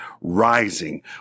rising